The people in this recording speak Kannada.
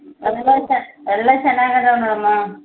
ಅದೆಲ್ಲ ಚ ಎಲ್ಲ ಚೆನ್ನಾಗಿ ಅದಾವೆ ನೋಡಮ್ಮಾ